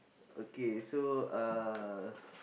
okay so uh